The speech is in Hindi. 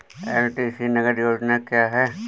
एल.टी.सी नगद योजना क्या है?